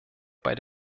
bei